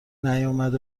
نیامد